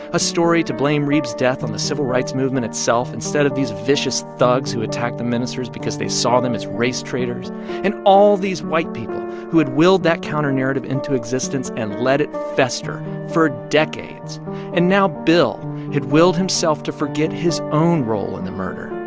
a story to blame reeb's death on the civil rights movement itself instead of these vicious thugs who attacked the ministers because they saw them as race traitors and all these white people who had willed that counternarrative into existence and let it fester for decades and now bill had willed himself to forget his own role in the murder.